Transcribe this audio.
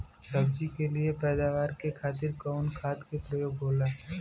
सब्जी के लिए पैदावार के खातिर कवन खाद के प्रयोग होला?